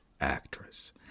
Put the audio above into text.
actress